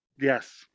Yes